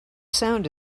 sound